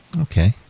Okay